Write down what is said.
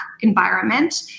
environment